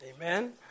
Amen